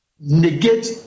negate